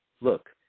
look